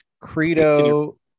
Credo